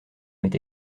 m’est